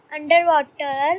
Underwater